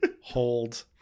hold